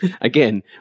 Again